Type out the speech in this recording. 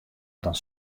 dan